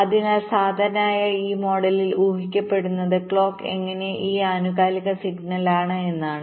അതിനാൽ സാധാരണയായി ഈ മോഡലിൽ ഊഹിക്കപ്പെടുന്നത് ക്ലോക്ക് ഇങ്ങനെ പോകുന്ന ഒരു ആനുകാലിക സിഗ്നലാണ് എന്നാണ്